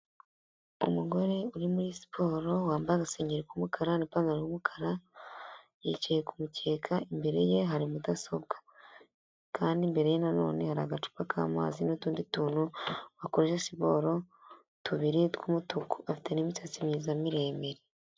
Umugore uri muri siporo wambaye agasengeri k'umukara n'ipantaro yicaye ku k'umukeka, imbere ye hari mudasobwa kandi imbere ye nonene hari agacupa k'amazi n'utundi tuntu bakoresha siporo tubiri tw'umutuku, afite n'imisatsi myiza miremire.